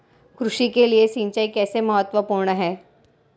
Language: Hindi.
कृषि के लिए सिंचाई कैसे महत्वपूर्ण है?